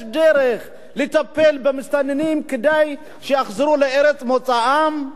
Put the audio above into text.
יש דרך לטפל במסתננים כדי שיחזרו לארץ מוצאם,